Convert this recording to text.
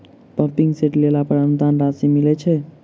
Pumping set लेला पर अनुदान राशि मिलय छैय?